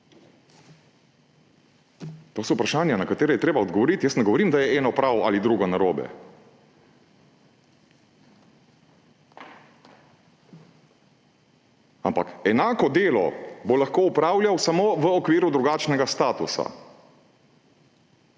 To so vprašanja, na katera je treba odgovoriti, jaz ne govorim, da je eno prav ali drugo narobe. Ampak enako delo bo lahko opravljal samo v okviru drugačnega statusa,